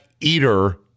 eater